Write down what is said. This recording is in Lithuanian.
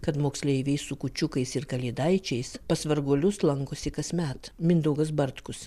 kad moksleiviai su kūčiukais ir kalėdaičiais pas varguolius lankosi kasmet mindaugas bartkus